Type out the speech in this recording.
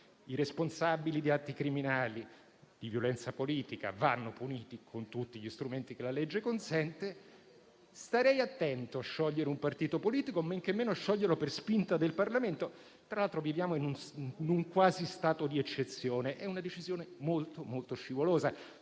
i responsabili di atti criminali di violenza politica vanno puniti, con tutti gli strumenti che la legge consente. Ma starei attento a sciogliere un partito politico, men che meno a scioglierlo per spinta del Parlamento (tra l'altro viviamo in un quasi stato di eccezione). È una decisione molto, molto scivolosa.